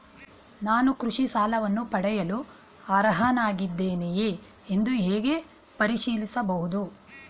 ನಾನು ಕೃಷಿ ಸಾಲವನ್ನು ಪಡೆಯಲು ಅರ್ಹನಾಗಿದ್ದೇನೆಯೇ ಎಂದು ಹೇಗೆ ಪರಿಶೀಲಿಸಬಹುದು?